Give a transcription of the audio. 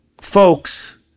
folks